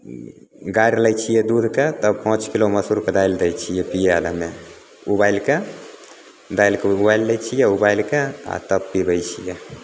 गारि लै छियै दूधके तब पाँच किलो मसूरके दालि दै छियै पीए लऽ हमे उबालिके दालिके उबालि लै छियै उबालिके आ तब पीबैत छियै